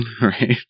Right